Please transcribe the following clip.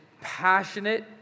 passionate